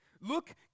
Look